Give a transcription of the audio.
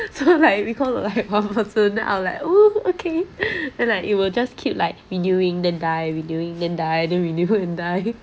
so like because of like one person I'll like !woo! okay then like it will just keep like renewing then die renewing then die then renew and die